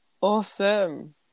Awesome